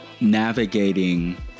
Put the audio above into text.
navigating